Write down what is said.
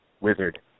Wizard